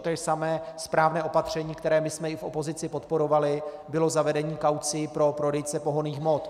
To samé správné opatření, které my jsme i v opozici podporovali, bylo zavedení kaucí pro prodejce pohonných hmot.